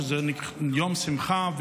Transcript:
שזה יום שמחה,